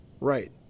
Right